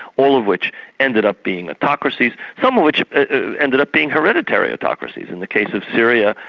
all of which ended up being autocracies, some of which ended up being hereditary autocracies, in the case of syria,